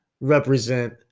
represent